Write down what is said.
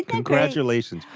congratulations!